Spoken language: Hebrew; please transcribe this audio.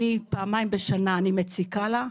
פעמיים בשנה אני מציקה לה.